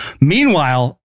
Meanwhile